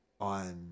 on